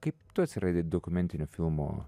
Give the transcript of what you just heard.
kaip tu atsiradai dokumentinių filmų